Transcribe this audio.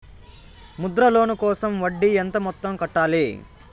Mudra loan కోసం వడ్డీ ఎంత మొత్తం కట్టాలి